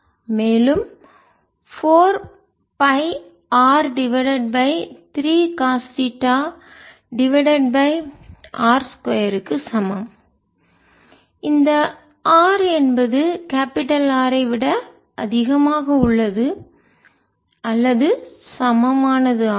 மேலும் 4 pi R divided by 3 cos theta divided by r 2 க்கு சமம் இந்த r என்பது கேபிடல் R விட அதிகமாக உள்ளது அல்லது சமமானது ஆகும்